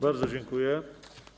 Bardzo dziękuję.